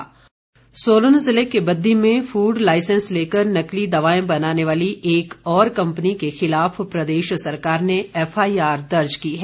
FIR Solan जिले के बद्दी में फूड लाइसेंस लेकर नकली दवाएं बनाने वाली एक और कंपनी के खिलाफ प्रदेश सरकार ने एफआईआर दर्ज की है